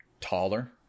taller